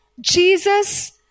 Jesus